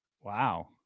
Wow